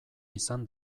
izan